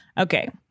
Okay